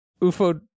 UFO